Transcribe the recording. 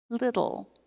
little